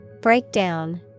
Breakdown